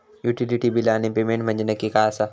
Utility बिला आणि payment म्हंजे नक्की काय आसा?